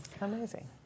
Amazing